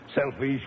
selfish